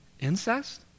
Incest